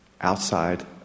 outside